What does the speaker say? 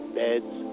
beds